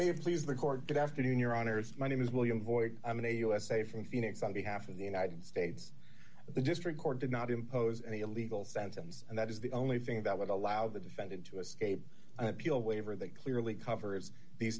are please record good afternoon your honor is my name is william boyd i'm in a usa from phoenix on behalf of the united states the district court did not impose any illegal sentence and that is the only thing that would allow the defendant to escape an appeal waiver d that clearly covers the